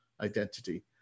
identity